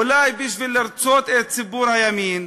אולי בשביל לרצות את ציבור הימין,